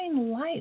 life